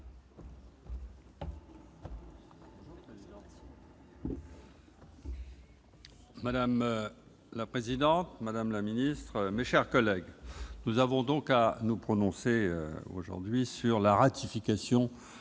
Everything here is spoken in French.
Madame la présidente, madame la secrétaire d'État, mes chers collègues, nous avons à nous prononcer aujourd'hui sur la ratification